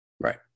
right